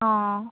অঁ